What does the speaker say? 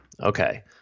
Okay